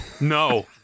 No